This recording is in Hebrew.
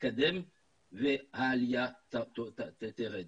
תתקדם והעלייה תרד.